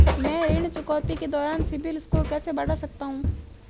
मैं ऋण चुकौती के दौरान सिबिल स्कोर कैसे बढ़ा सकता हूं?